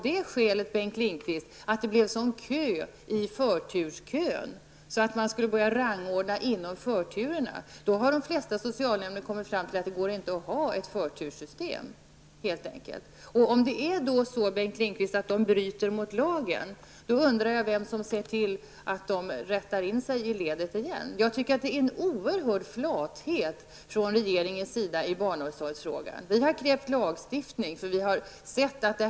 Det blev nämligen så lång förturskö att man måste börja rangordna bland förturerna. I flertalet socialnämnder har man kommit fram till att det helt enkelt inte är möjligt att ha ett förturssystem. Men om det är så, att man då bryter mot lagen, undrar jag vem det är som ser till att man rättar in sig i ledet igen. Jag tycker att regeringen visar en oerhört stor flathet i barnomsorgsfrågan. Vi har krävt lagstiftning på detta område.